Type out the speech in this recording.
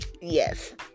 yes